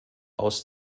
aus